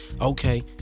okay